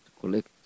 collect